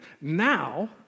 Now